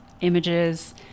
images